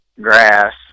grass